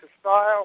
style